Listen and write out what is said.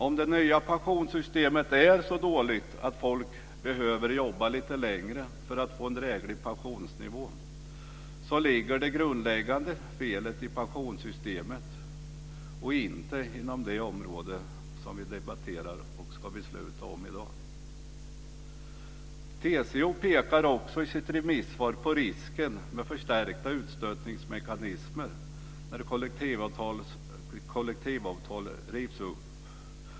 Om det nya pensionssystemet är så dåligt att människor behöver jobba lite längre för att få en dräglig pensionsnivå ligger det grundläggande felet i pensionssystemet och inte inom det område som vi debatterar och ska besluta om i dag. TCO pekar också i sitt remissvar på risken med förstärkta utstötningsmekanismer när kollektivavtal rivs upp.